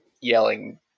yelling